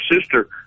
sister